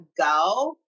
go